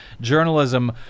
journalism